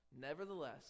Nevertheless